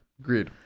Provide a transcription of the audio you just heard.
Agreed